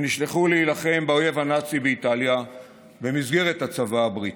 שנשלחו להילחם באויב הנאצי באיטליה במסגרת הצבא הבריטי.